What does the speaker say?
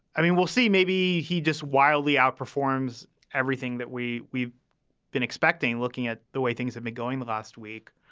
i mean, we'll see. maybe he just wildly outperforms everything that we we've been expecting looking at the way things have been going the last week.